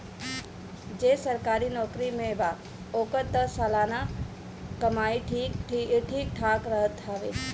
जे सरकारी नोकरी में बा ओकर तअ सलाना कमाई ठीक ठाक रहत हवे